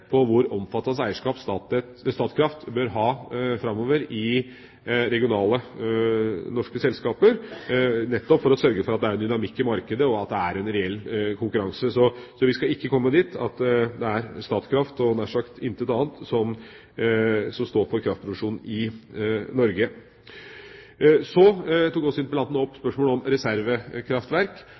på hvor omfattende eierskap Statkraft bør ha framover i regionale norske selskaper, nettopp for å sørge for at det er en dynamikk i markedet, og for at det er en reell konkurranse. Vi skal ikke komme dit at det er Statkraft og intet annet selskap som står for kraftproduksjonen i Norge. Interpellanten tok også opp spørsmålet om